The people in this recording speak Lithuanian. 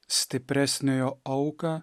stipresniojo auką